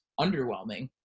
underwhelming